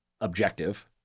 objective